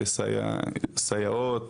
סייעות,